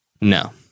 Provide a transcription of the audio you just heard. No